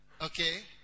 okay